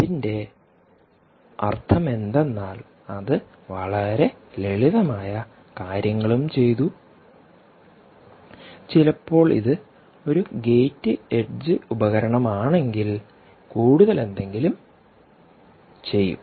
അതിന്റെ അർത്ഥം എന്തെന്നാൽ അത് വളരെ ലളിതമായ കാര്യങ്ങളും ചെയ്തുചിലപ്പോൾ ഇത് ഒരു ഗേറ്റ് എഡ്ജ് ഉപകരണമാണെങ്കിൽ കൂടുതൽ എന്തെങ്കിലും ചെയ്യും